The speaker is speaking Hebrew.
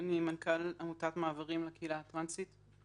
אני מנכ"ל עמותת "מעברים" לקהילה הטרנסית.